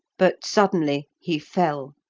but suddenly he fell,